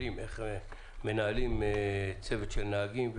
יש כללים איך מנהלים צוות של נהגים,